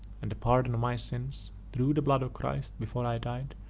and the pardon of my sins, through the blood of christ, before i died,